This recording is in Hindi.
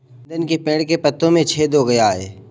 नंदन के पेड़ के पत्तों में छेद हो गया है